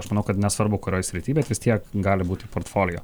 aš manau kad nesvarbu kurioj srity bet vis tiek gali būti portfolio